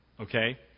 okay